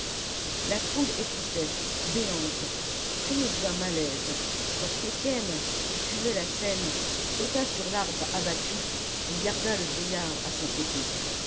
la foule écoutait béante prise d'un malaise lorsque étienne qui suivait la scène sauta sur l'arbre abattu et garda le vieillard à son côté